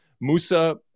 Musa